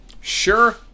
sure